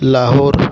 Lahore